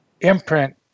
imprint